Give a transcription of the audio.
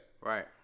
right